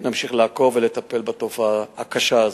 נמשיך לעקוב ולטפל בתופעה הקשה הזאת.